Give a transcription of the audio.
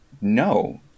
No